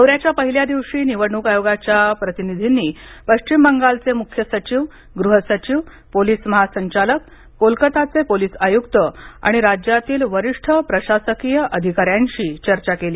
दौऱ्याच्या पहिल्या दिवशी निवडणूक आयोगाच्या प्रतिनिधींनी पश्चिम बंगालचे मुख्य सचिव गृह सचिव पोलीस महासंचालक कोलकाताचे पोलीस आयुक्त आणि राज्यातील वरिष्ठ प्रशासकीय अधिकाऱ्यांशी चर्चा केली